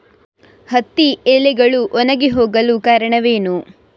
ಹತ್ತಿ ಎಲೆಗಳು ಒಣಗಿ ಹೋಗಲು ಕಾರಣವೇನು?